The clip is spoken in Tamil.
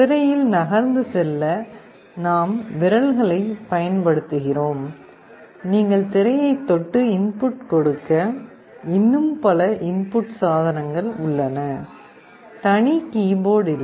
திரையில் நகர்ந்து செல்ல நாம் விரல்களைப் பயன்படுத்துகிறோம் நீங்கள் திரையைத் தொட்டு இன்புட்கொடுக்க இன்னும் பல இன்புட் சாதனங்கள் உள்ளன தனி கீபோர்ட் இல்லை